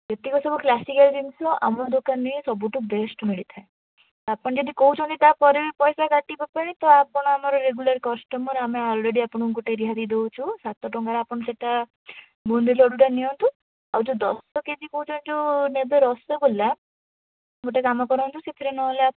ଯେତିକ ସବୁ କ୍ଲାସିକାଲ୍ ଜିନିଷ ଆମ ଦୋକାନରେ ସବୁଠୁ ବେଷ୍ଟ୍ ମିଳିଥାଏ ଆପଣ ଯଦି କହୁଛନ୍ତି ତାପରେ ବି ପଇସା କାଟିବା ପାଇଁ ତ ଆପଣ ଆମର ରେଗୁଲାର କଷ୍ଟମର ଆମେ ଅଲରେଡ଼ି ଆପଣଙ୍କୁ ଗୋଟେ ରିହାତି ଦେଉଛୁ ସାତ ଟଙ୍କାରେ ଆପଣ ସେଇଟା ବୁନ୍ଦି ଲଡ଼ୁଟା ନିଅନ୍ତୁ ଆଉ ଯେଉଁ ଦଶ କେଜି କହୁଛନ୍ତି ଯେଉଁ ନେବେ ରସଗୋଲା ଗୋଟେ କାମ କରନ୍ତୁ ସେଥିରେ ନହେଲେ